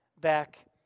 back